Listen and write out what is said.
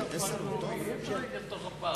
אבל יש שם פארק לאומי ואי-אפשר לבנות בתוך הפארק.